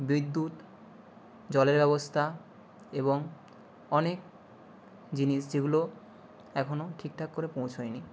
বিদ্যুৎ জলের ব্যবস্থা এবং অনেক জিনিস যেগুলো এখনও ঠিকঠাক করে পৌঁছোয় নি